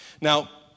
Now